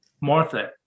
Martha